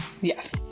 Yes